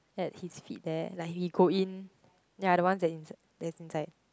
at his feet there like he go in ya the one that's in~ that's inside